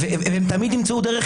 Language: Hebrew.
הם תמיד ימצאו דרך.